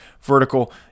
vertical